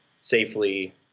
safely